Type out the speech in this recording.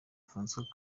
francois